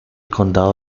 condado